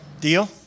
deal